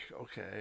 okay